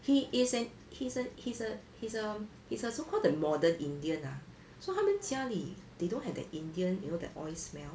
he is an he's a he's a he's a he's a so called the modern indian ah so 他们家里 they don't have that indian you know that oil smell